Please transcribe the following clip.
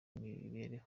imibereho